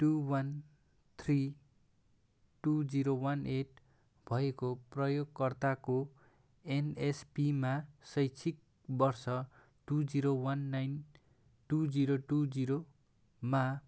to one three two zero one eight भएको प्रयोगकर्ताको एनएसपीमा शैक्षिक वर्ष two zero one nine two zero two जिरोमा